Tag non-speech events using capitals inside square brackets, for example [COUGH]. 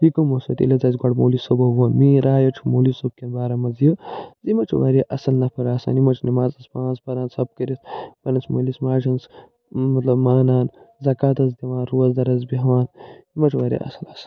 یہِ [UNINTELLIGIBLE] ییٚلہِ حظ اَسہِ گۄڈٕ مولی صٲبو ووٚن میٲنۍ راے حظ چھِ مولی صٲب کٮ۪ن بارن منٛز یہِ زِ یِم حظ چھِ وارِیاہ اَصٕل نفر آسان یِم حظ چھِ نِمازس پانٛژ پَران ژوٚپہٕ کٔرِتھ پنٛنِس مٲلِس ماجہِ ہِنٛز مطلب مانان زکات حظ دِوان روزٕدر حظ بیٚہوان یِم حظ چھِ وارِیاہ اَصٕل آسان